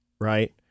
right